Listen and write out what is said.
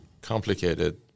complicated